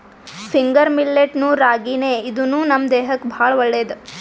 finger millet ನು ರಾಗಿನೇ ಇದೂನು ನಮ್ ದೇಹಕ್ಕ್ ಭಾಳ್ ಒಳ್ಳೇದ್